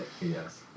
yes